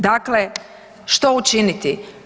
Dakle, što učiniti?